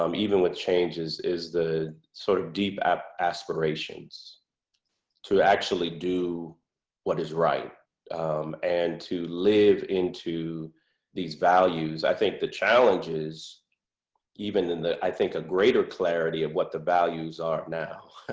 um even with changes is the sort of deep aspirations to actually do what is right and to live into these values. i think the challenge is even in the, i think a greater clarity of what the values are now